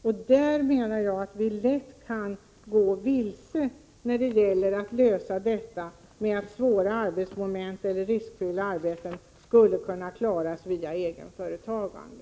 Jag menar att vi lätt kan gå vilse om vi försöker lösa problemen med svåra arbetsmoment eller riskfyllda arbeten via egenföretagande.